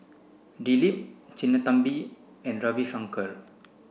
Dilip Sinnathamby and Ravi Shankar